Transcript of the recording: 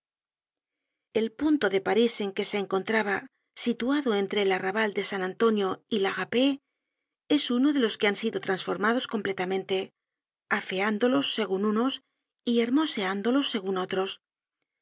el punto de parís en que se encontraba situado entre el arrabal de san antonio y la rapée es uno de los que han sido trasformados completamente afeándolos segun unos y hermoseándolos segun otros